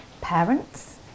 parents